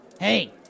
Hey